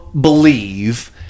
believe